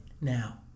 now